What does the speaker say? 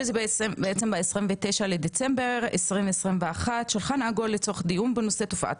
שזה בעצם ב-29 בדצמבר 2021. שולחן עגול לצורך דיון בנושא תופעת